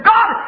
God